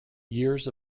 years